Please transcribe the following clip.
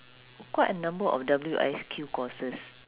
quite a number of W_S_Q courses